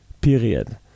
period